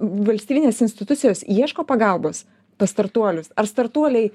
valstybinės institucijos ieško pagalbos pas startuolius ar startuoliai